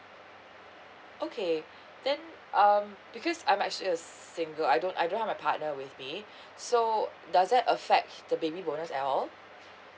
okay then um because I'm actually a single I don't I don't have my partner with me so does that affect the baby bonus at all